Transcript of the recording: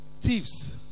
thieves